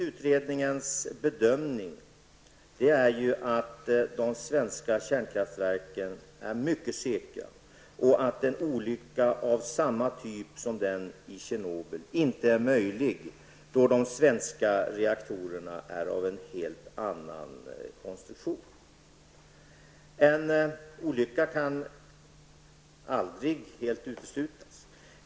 Utredningens bedömning är att de svenska kärnkraftverken är mycket säkra och att en olycka av samma typ som den i Tjernobyl inte är möjlig, eftersom de svenska reaktorerna har en helt annan konstruktion. En olycka kan aldrig helt uteslutas.